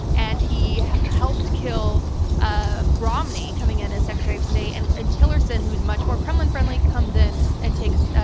and he helped kill ah romney coming in as secretary of state. and and tillerson, who's much more kremlin-friendly, comes in and takes